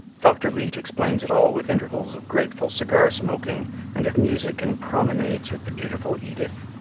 dr. leete explains it all with intervals of grateful cigar smoking and of music and promenades with the beautiful edith,